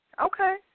Okay